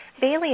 Bailey